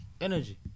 Energy